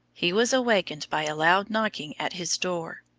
he was awakened by a loud knocking at his door.